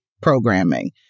programming